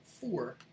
four